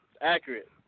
Accurate